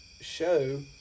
show